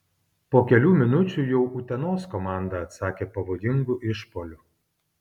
po kelių minučių jau utenos komanda atsakė pavojingu išpuoliu